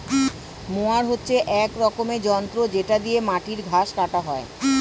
mower হচ্ছে এক রকমের যন্ত্র যেটা দিয়ে মাটির ঘাস কাটা হয়